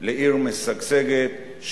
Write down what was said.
לעיר משגשגת,